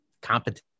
competent